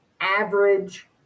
average